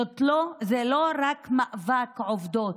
זה לא רק מאבק עובדות,